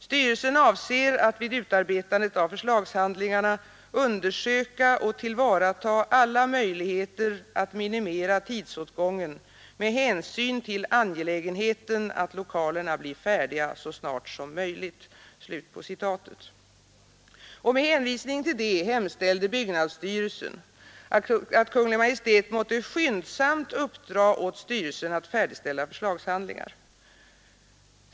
Styrelsen avser att vid utarbetandet av förslagshandlingarna undersöka och tillvarata alla möjligheter att minimera tidsåtgången med hänsyn till angelägenheten att lokalerna blir färdiga så snart som möjligt.” Med hänvisning till detta hemställde byggnadsstyrelsen att Kungl. Maj:t måtte skyndsamt uppdra åt styrelsen att färdigställa förslagshandlingar.